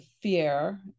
fear